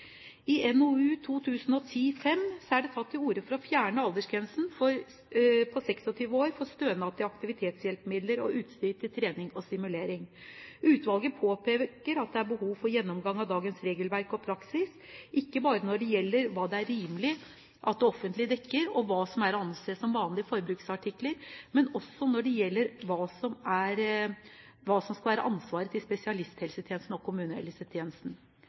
er det tatt til orde for å fjerne aldersgrensen på 26 år for stønad til aktivitetshjelpemidler og utstyr til trening og stimulering. Utvalget påpeker at det er behov for en gjennomgang av dagens regelverk og praksis, ikke bare når det gjelder hva det er rimelig at det offentlige dekker, og hva som er å anse som vanlige forbruksartikler, men også når det gjelder hva som skal være spesialisthelsetjenestens og kommunehelsetjenestens ansvar. Fremskrittspartiet, Høyre og